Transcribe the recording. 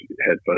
headphones